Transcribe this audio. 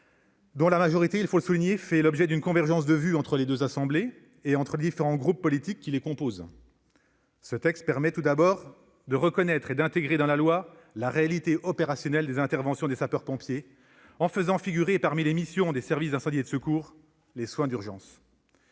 dont la majorité- il faut le souligner -fait l'objet d'une convergence de vue entre les deux assemblées et les différents groupes politiques qui les composent. Ce texte permet tout d'abord de reconnaître et d'intégrer dans la loi la réalité opérationnelle des interventions des sapeurs-pompiers, en faisant figurer parmi les missions des services d'incendie et de secours les soins d'urgence.